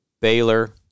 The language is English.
Baylor